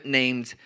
named